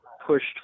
pushed